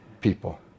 people